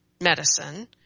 medicine